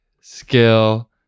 skill